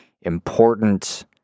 important